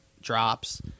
drops